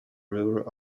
river